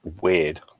Weird